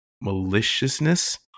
Maliciousness